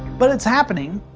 but it's happening,